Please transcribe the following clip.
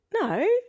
No